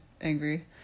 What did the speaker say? angry